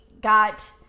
got